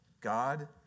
God